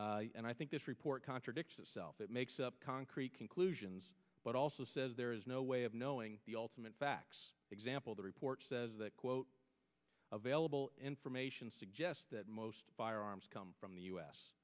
venezuela and i think this report contradicts itself it makes up concrete conclusions but also says there is no way of knowing the ultimate facts example the report says that quote available information suggests that most firearms come from the u s